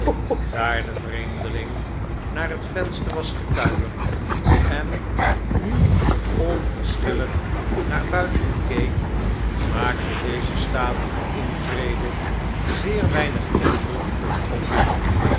de vreemdeling naar het venster was gekuierd en nu onverschillig naar buiten keek maakte deze statige intrede zeer weinig indruk op hem